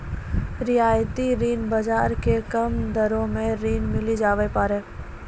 रियायती ऋण बाजार से कम दरो मे ऋण मिली जावै पारै